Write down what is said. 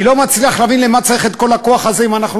אני לא מצליח להבין למה צריך את כל הכוח הזה אם אנחנו